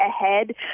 ahead